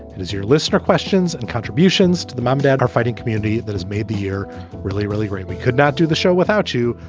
and your listener questions and contributions to the mom dad are fighting community that has made the year really, really great. we could not do the show without you.